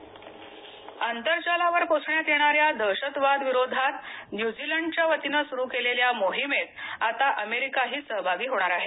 America आंतरजालावर पोसण्यात येणाऱ्या दहशतवाद विरोधात न्यूझीलंडच्या वतीनं सुरू केलेल्या मोहिमेत आता अमेरिकाही सहभागी होणार आहे